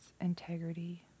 integrity